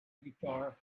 guitar